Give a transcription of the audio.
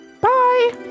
Bye